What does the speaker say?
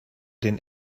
den